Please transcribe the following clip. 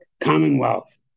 Commonwealth